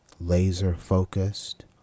laser-focused